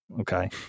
okay